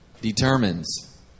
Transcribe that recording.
determines